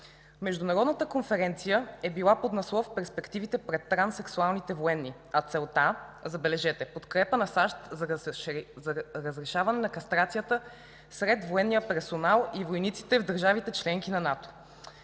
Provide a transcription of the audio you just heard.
Международната конференция е била под надслов: „Перспективите пред транссексуалните военни”, а целта – забележете, в подкрепа на САЩ за разрешаване на кастрацията сред военния персонал и войниците в държавите – членки на НАТО.